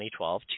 2012